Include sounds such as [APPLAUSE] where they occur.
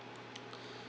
[BREATH]